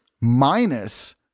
minus